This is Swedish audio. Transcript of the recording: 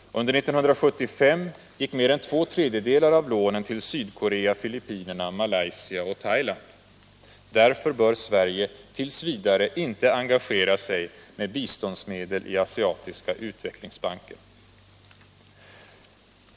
Under 1975 gick mer än två tredjedelar av lånen till Sydkorea, Filippinerna, Malaysia och Thailand. Därför bör Sverige t. v. inte engagera sig med biståndsmedel i Asiatiska utvecklingsbanken.